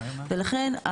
ולכן,